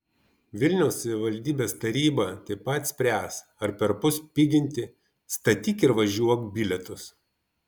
vilniaus savivaldybės taryba taip pat spręs ar perpus piginti statyk ir važiuok bilietus